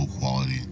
quality